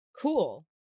Cool